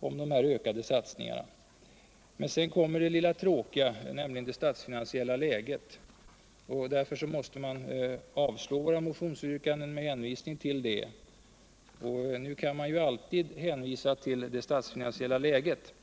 om ökade satsningar på forskning. Men sedan kommer det lilla tråkiga, nämligen det statsfinansiella läget. Därför måste man avstyrka våra motionsyrkanden med hänvisning till det. Nu kan ju allud en hänvisning ske till det statsfinansiella läget.